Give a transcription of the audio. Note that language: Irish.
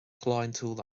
shláintiúil